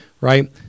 right